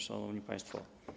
Szanowni Państwo!